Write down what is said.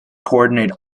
coordinate